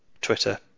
Twitter